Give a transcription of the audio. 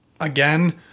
again